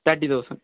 thirty thousand